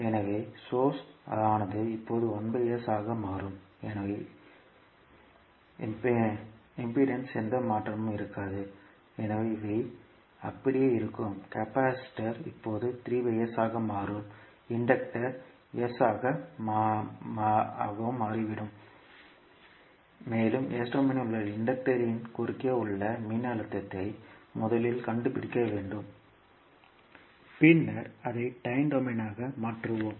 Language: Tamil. எனவே சோர்ஸ் ஆனது இப்போது 1 s ஆக மாறும் எனவே எதிர்ப்பில் எந்த மாற்றமும் இருக்காது எனவே இவை அப்படியே இருக்கும் கெபாசிட்டர் இப்போது 3 s ஆகவும் இன்டக்டர் s ஆகவும் மாறிவிட்டது மேலும் s டொமைனில் உள்ள இன்டக்டரின் குறுக்கே உள்ள மின்னழுத்தத்தை முதலில் கண்டுபிடிக்க வேண்டும் பின்னர் அதை டைம் டொமைனாக மாற்றுவோம்